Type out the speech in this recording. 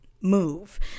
move